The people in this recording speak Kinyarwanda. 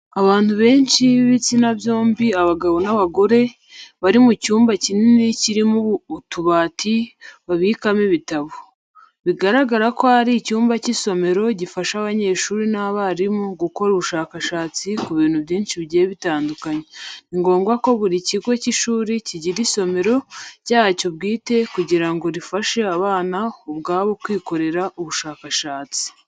Abantu benshi b'ibitsina byombi abagabo n'abagore, bari mu cyumba kinini kirimo utubati babikamo ibitabo. Bigaragara ko ari icyumba cy'isomero gifasha abanyeshuri n'abarimu gukora ubushakashatsi ku bintu byinshi bigiye bitandukanye. Ni ngombwa ko buri kigo cy'ishuri kigira isomero ryacyo bwite, kugira ngo rifashe abana ubwabo kwikorera ubushakashatsi.